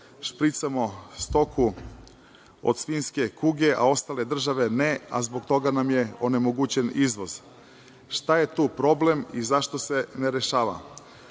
špricamo stoku od svinjske kuge, a ostale države ne, a zbog toga nam je onemogućen i izvoz. Šta je tu problem i zašto se ne rešava?